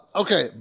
Okay